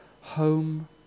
Home